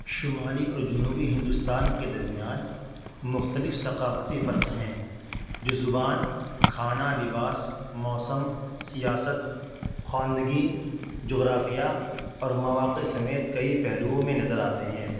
شمالی اور جنوبی ہندوستان کے درمیان مختلف ثقافتی فرق ہیں جو زبان کھانا لباس موسم سیاست خواندگی جغرافیہ اور مواقع سمیت کئی پہلوؤں میں نظر آتے ہیں